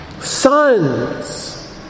sons